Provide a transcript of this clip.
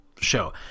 show